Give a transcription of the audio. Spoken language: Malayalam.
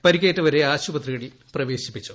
പരിക്കേറ്റ്വരെ ആശുപത്രികളിൽ പ്രവേശിപ്പിച്ചു